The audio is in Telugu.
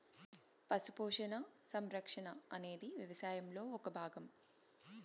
పశు పోషణ, సంరక్షణ అనేది వ్యవసాయంలో ఒక భాగం